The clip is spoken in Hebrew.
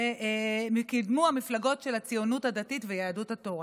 וקידמו המפלגות הציונות הדתית ויהדות התורה.